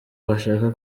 bashaka